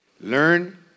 Learn